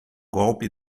golpe